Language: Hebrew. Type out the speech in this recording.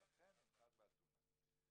ולכן ננחת באתונה.